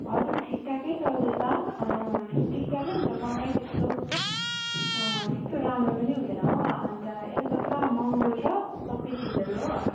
हजुर ठिकठाकै चल्दैछ ठिकठाकै हुन्छ कमाइ त्यस्तो त्यस्तो राम्रो पनि हुँदैन हो अन्त यता त पुरा महँगो छ सबै चिजहरू हो